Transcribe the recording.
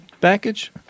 package